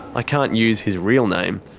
i can't use his real name,